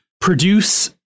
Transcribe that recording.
produce